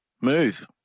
move